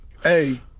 Hey